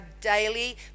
daily